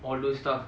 all those stuff